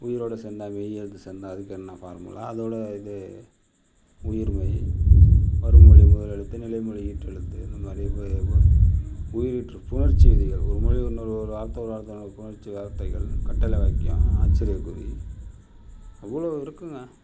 உயிரோட சேர்ந்தா மெய் எழுத்து சேர்ந்தா அதுக்கு என்ன ஃபார்முலா அதோட இது உயிர்மெய் வரும் மொழி முதலெழுத்து நிலைமொழி ஈற்றெழுத்து இந்தமாதிரி உயிர் ஈற்று புணர்ச்சி விதிகள் ஒரு மொழி இன்னோரு ஒரு வாரத்தை ஒரு வாரத்தை புணர்ச்சி வார்த்தைகள் கட்டளை வாக்கியம் ஆச்சிரியக்குறி அவ்வளோ இருக்குங்க